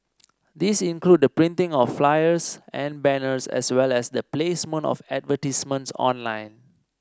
these include the printing of flyers and banners as well as the placement of advertisements online